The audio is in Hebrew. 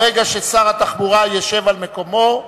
ברגע ששר התחבורה ישב על מקומו.